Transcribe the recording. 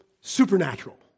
supernatural